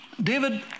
David